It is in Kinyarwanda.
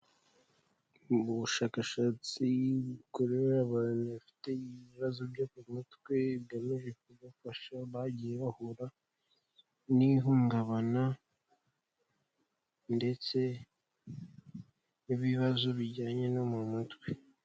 Ubushakashatsi bukorewe abantu bafite ibibazo byo ku mutwe bigamije kubafasha bagiye bahura n'ihungabana ndetse n'ibibazo bijyanye no mu mutwe.